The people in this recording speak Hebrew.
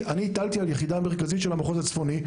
הטלתי על יחידה מרכזית של המחוז הצפוני,